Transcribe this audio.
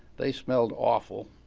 they smelled awful.